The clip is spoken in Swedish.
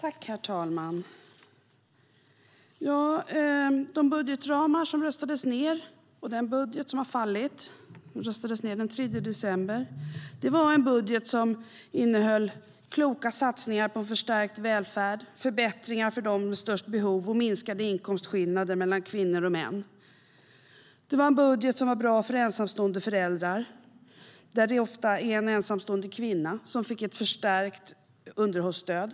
Herr talman! De budgetramar som röstades ned den 3 december och den budget som har fallit innehöll kloka satsningar på en förstärkt välfärd, förbättringar för dem med störst behov och minskade inkomstskillnader mellan kvinnor och män. Det var en budget som var bra för ensamstående föräldrar - det är oftast en ensamstående kvinna - som fick ett förstärkt underhållsstöd.